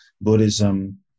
Buddhism